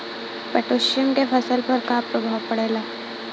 Potassium के फसल पर का प्रभाव पड़ेला?